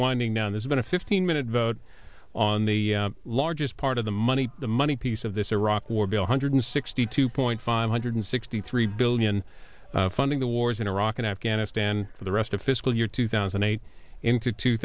winding down there's been a fifteen minute vote on the largest part of the money the money piece of this iraq war be one hundred sixty two point five hundred sixty three billion funding the wars in iraq and afghanistan for the rest of fiscal year two thousand and eight into two